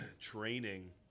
training